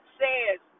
says